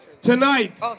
Tonight